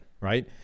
right